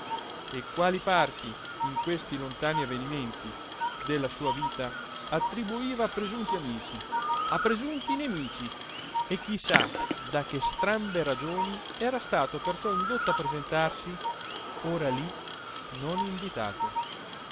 e quali parti in questi lontani avvenimenti della sua vita attribuiva a presunti amici a presunti nemici e chi sa da che strambe ragioni era stato perciò indotto a presentarsi ora lì non invitato